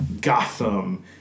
Gotham